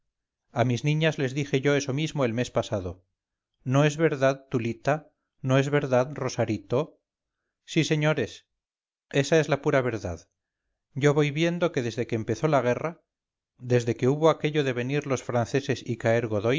a mis niñas les dije yo eso mismo el mes pasado no es verdad tulita no es verdad rosarito sí señores esa es la pura verdad yo voy viendo que desde que empezó la guerra desde que hubo aquello de venir los franceses y caer godoy